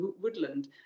woodland